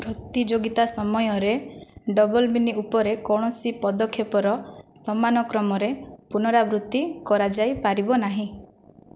ପ୍ରତିଯୋଗିତା ସମୟରେ double mini ଉପରେ କୌଣସି ପଦକ୍ଷେପର ସମାନ କ୍ରମରେ ପୁନରାବୃତ୍ତି କରାଯାଇପାରିବ ନାହିଁ